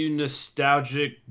nostalgic